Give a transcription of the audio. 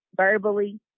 verbally